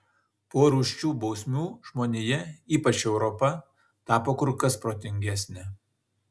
po rūsčių bausmių žmonija ypač europa tapo kur kas protingesnė